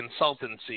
consultancy